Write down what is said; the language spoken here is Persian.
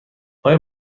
آیا